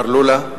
מר לולה,